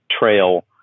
trail